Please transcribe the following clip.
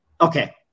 okay